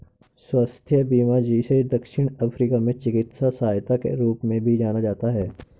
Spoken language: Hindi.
स्वास्थ्य बीमा जिसे दक्षिण अफ्रीका में चिकित्सा सहायता के रूप में भी जाना जाता है